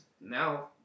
now